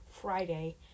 friday